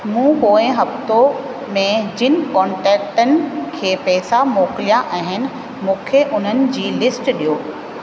मूं पोएं हफ़्तो में जिन कॉन्टेकटनि खे पैसा मोकिलिया आहिनि मूंखे उन्हनि जी लिस्ट ॾियो